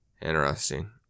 Interesting